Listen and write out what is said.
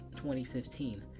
2015